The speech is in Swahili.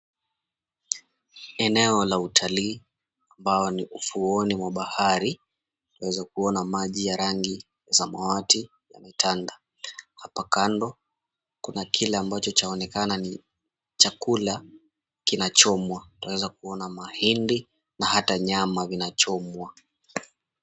Eneo la utalii ambao ni ufuoni mwa bahari, tunaezakuona maji ya rangi samawati yametanda. Hapa kando kuna kile ambacho chaonekana ni chakula kinachomwa. Tunaezakuona mahindi na hata nyama vinachomwa.